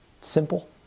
simple